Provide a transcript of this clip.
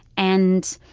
and